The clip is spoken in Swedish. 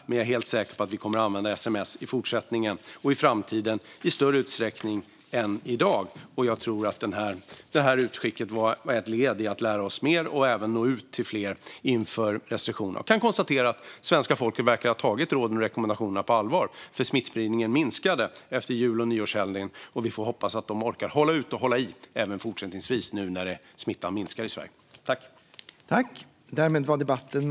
Men jag är helt säker på att vi i framtiden kommer att använda sms i större utsträckning än i dag, och jag tror att detta utskick var ett led i att vi lär oss mer och även når ut till fler inför restriktioner. Jag kan konstatera att svenska folket verkar ha tagit råden och rekommendationerna på allvar, för smittspridningen minskade efter jul och nyårshelgerna. Vi får hoppas att de orkar hålla ut och hålla i även fortsättningsvis, när smittan minskar i Sverige. Svar på interpellationer